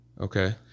Okay